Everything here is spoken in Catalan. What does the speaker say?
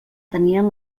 tenien